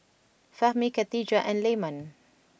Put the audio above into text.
Fahmi Khatijah and Leman